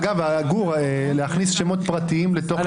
אין ההסתייגות מס'